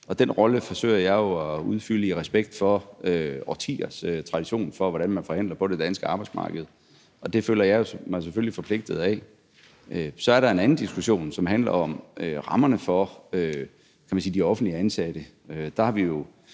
og den rolle forsøger jeg jo at udfylde i respekt for årtiers tradition for, hvordan man forhandler på det danske arbejdsmarked. Det føler jeg mig selvfølgelig forpligtet af. Så er der en anden diskussion, som handler om rammerne for de offentligt ansatte.